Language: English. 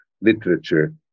literature